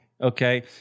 okay